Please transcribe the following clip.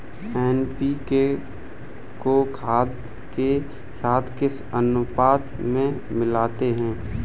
NPK को खाद के साथ किस अनुपात में मिलाते हैं?